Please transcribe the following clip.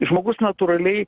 žmogus natūraliai